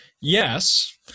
yes